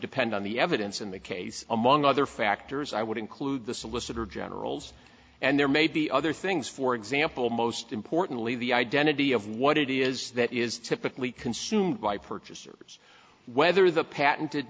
depend on the evidence in the case among other factors i would include the solicitor general's and there may be other things for example most importantly the identity of what it is that is typically consumed by purchase or whether the patented